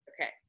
Okay